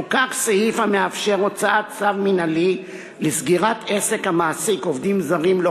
חוקק סעיף המאפשר הוצאת צו מינהלי לסגירת עסק המעסיק עובדים זרים לא